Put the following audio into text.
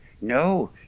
No